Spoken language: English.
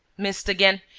missed again.